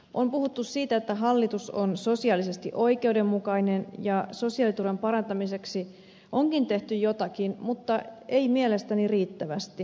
on puhuttu siitä että hallitus on sosiaalisesti oikeudenmukainen ja sosiaaliturvan parantamiseksi onkin tehty jotakin mutta ei mielestäni riittävästi